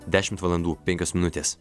dešimt valandų penkios minutės